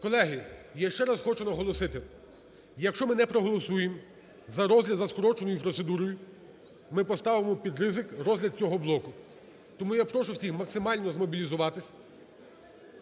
Колеги, я ще раз хочу наголосити, якщо ми не проголосуємо за розгляд за скороченою процедурою, ми поставимо під ризик розгляд цього блоку, тому я прошу всіх максимально змобілізуватись.